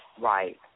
Right